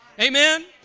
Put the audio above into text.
Amen